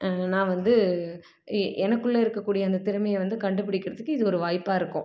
நான் வந்து எனக்குள்ளே இருக்கக்கூடிய அந்த திறமையை வந்து கண்டுபிடிக்கிறதுக்கு இது ஒரு வாய்ப்பாக இருக்கும்